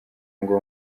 ngo